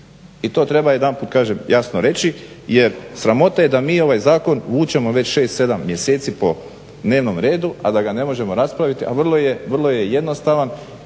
I to treba jedanput, kažem jasno reći jer sramota je da mi ovaj zakon vučemo 6, 7 mjeseci po dnevnom redu a da ga ne možemo raspraviti a vrlo je jednostavan.